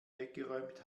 weggeräumt